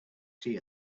see